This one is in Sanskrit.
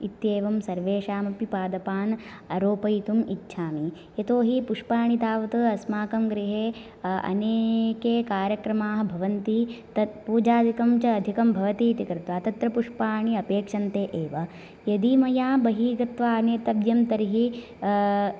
इत्येवं सर्वेषामपि पादपान् आरोपयितुम् इच्छामि यतोहि पुष्पाणि तावत् अस्माकं गृहे अनेके कार्यक्रमाः भवन्ति तत् पूजादिकं च अधिकं भवतीति कृत्वा तत्र पुष्पाणि अपेक्षन्ते एव यदि मया बहिः गत्वा आनेतव्यं तर्हि